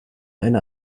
eine